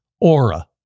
Aura